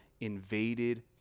invaded